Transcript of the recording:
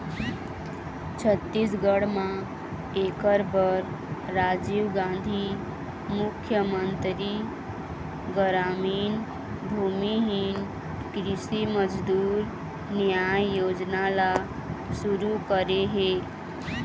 छत्तीसगढ़ म एखर बर राजीव गांधी मुख्यमंतरी गरामीन भूमिहीन कृषि मजदूर नियाय योजना ल सुरू करे हे